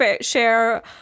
share